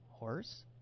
Horse